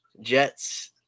Jets